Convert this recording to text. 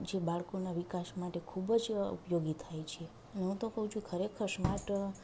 જે બાળકોના વિકાસ માટે ખૂબ જ ઉપયોગી થાય છે હું તો કઉ છું ખરેખર સ્માર્ટ